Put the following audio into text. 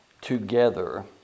together